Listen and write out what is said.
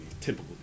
typical